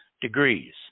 degrees